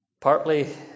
Partly